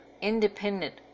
independent